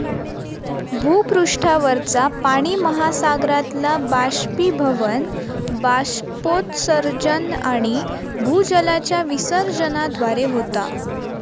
भूपृष्ठावरचा पाणि महासागरातला बाष्पीभवन, बाष्पोत्सर्जन आणि भूजलाच्या विसर्जनाद्वारे होता